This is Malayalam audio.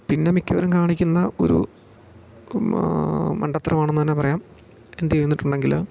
പിന്നെ മിക്കവരും കാണിക്കുന്ന ഒരു മണ്ടത്തരമാണെന്ന് തന്നെ പറയാം എന്ത് ചെയ്തിട്ടുണ്ടെങ്കിൽ